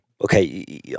okay